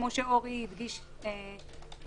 כפי שאורי הדגיש בנושא.